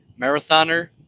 Marathoner